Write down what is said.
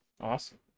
Awesome